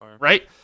right